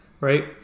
right